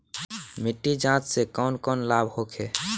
मिट्टी जाँच से कौन कौनलाभ होखे?